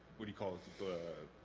booty calls the